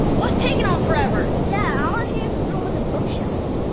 what's taking them forever? yeah, all i see is a room at the bookshelf.